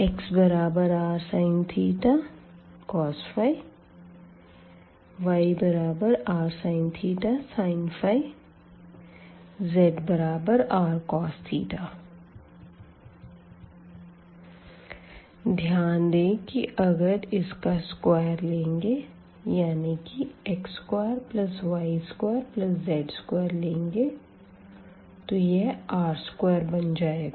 xrsin cos yrsin sin zrcos ध्यान दें की अगर इसका वर्ग लेंगे यानी कि x2y2z2 लेंगे तो यह r2बन जाएगा